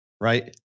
Right